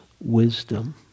wisdom